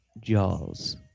Jaws